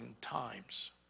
times